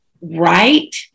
right